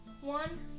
one